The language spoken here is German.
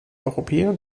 europäer